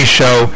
show